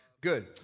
good